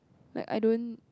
like I don't